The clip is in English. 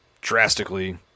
drastically